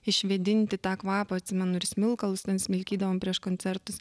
išvėdinti tą kvapą atsimenu ir smilkalus ten smilkydavom prieš koncertus